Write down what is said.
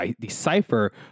decipher